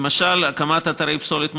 למשל הקמת אתרי פסולת מוסדרים.